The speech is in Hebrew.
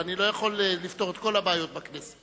אני לא יכול לפתור את כל הבעיות בכנסת.